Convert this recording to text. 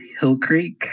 Hillcreek